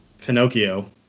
Pinocchio